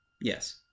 Yes